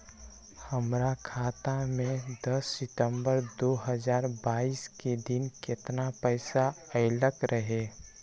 हमरा खाता में दस सितंबर दो हजार बाईस के दिन केतना पैसा अयलक रहे?